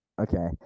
Okay